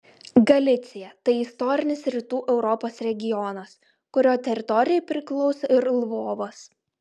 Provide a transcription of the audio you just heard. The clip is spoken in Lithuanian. galicija tai istorinis rytų europos regionas kurio teritorijai priklauso ir lvovas